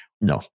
No